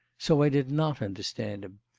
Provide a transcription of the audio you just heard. so i did not understand him.